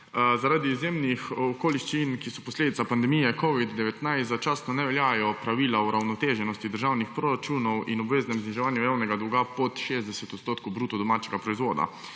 Zaradi izjemnih okoliščin, ki so posledica pandemije covida-19, začasno ne veljajo pravila o uravnoteženosti državnih proračunov in obveznem zniževanju javnega dolga pod 60 % bruto domačega proizvoda.